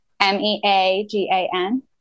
M-E-A-G-A-N